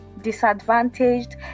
disadvantaged